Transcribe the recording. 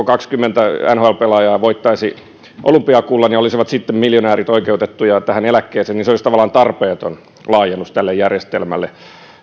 kaksikymmentä nhl pelaajaa voittaisivat olympiakullan ja nämä miljonäärit olisivat oikeutettuja tähän eläkkeeseen niin se olisi tavallaan tarpeeton laajennus tälle järjestelmälle